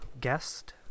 guest